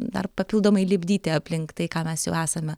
dar papildomai lipdyti aplink tai ką mes jau esame